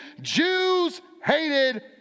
Jews-hated